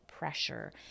pressure